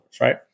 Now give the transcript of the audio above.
right